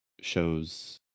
shows